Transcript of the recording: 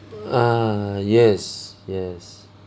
ah yes yes